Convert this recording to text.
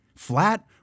Flat